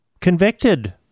convicted